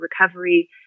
recovery